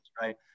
right